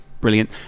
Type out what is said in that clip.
brilliant